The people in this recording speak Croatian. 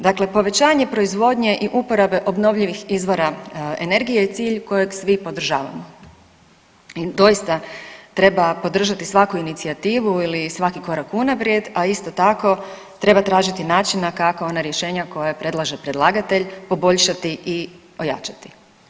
Dakle povećanje same proizvodnje i uporabe obnovljivih izvora energije je cilj kojeg svi podržavamo i doista treba podržati svaku inicijativu ili svaki korak unaprijed, a isto tako treba tražiti načina kako ona rješenja koja predlaže predlagatelj poboljšati i ojačati.